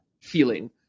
feeling